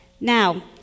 now